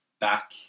back